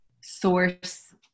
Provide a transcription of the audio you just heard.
source